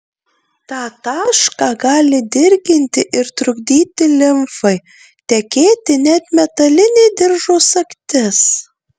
tą tašką gali dirginti ir trukdyti limfai tekėti net metalinė diržo sagtis